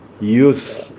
use